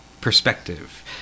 perspective